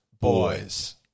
boys